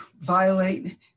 violate